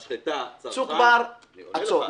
משחטה, צרכן --- צוק בר, עצור.